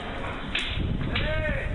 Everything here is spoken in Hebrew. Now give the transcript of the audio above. הוועדה) תראו,